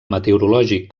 meteorològic